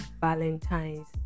valentine's